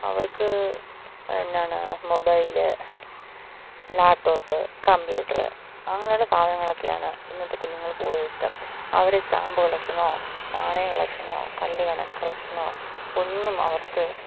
അവർക്ക് എന്നാണ് mobile laptop computer അങ്ങനെയുള്ള സാധനങ്ങളൊക്കെയാണ് ഇന്നത്തെ കുഞ്ഞുങ്ങൾ കൂടുതൽ ഇഷ്ടം അവർ സ്റ്റാമ്പ് കളക്ഷനോ നാണയ കളക്ഷനോ കല്ല് കളക്ഷനോ ഒന്നും അവർക്ക്